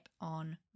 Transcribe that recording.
on